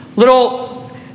little